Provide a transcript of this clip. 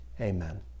Amen